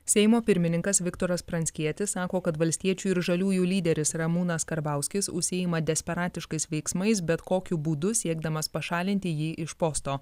seimo pirmininkas viktoras pranckietis sako kad valstiečių ir žaliųjų lyderis ramūnas karbauskis užsiima desperatiškais veiksmais bet kokiu būdu siekdamas pašalinti jį iš posto